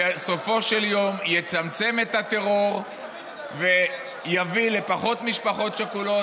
בסופו של יום יצמצם את הטרור ויביא לפחות משפחות שכולות,